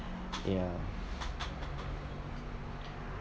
yeah